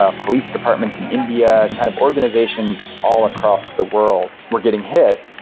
ah police departments in india, kind of organizations all across the world were getting hit.